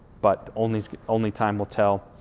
but only only time will tell.